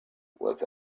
was